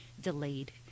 delayed